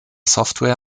software